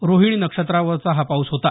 रोहिणी नक्षत्रावरच्या हा पाऊस होता